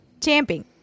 Champing